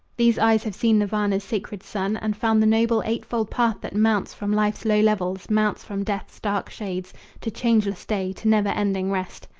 these eyes have seen nirvana's sacred sun, and found the noble eightfold path that mounts from life's low levels, mounts from death's dark shades to changeless day, to never-ending rest.